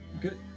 Good